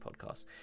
podcasts